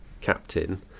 captain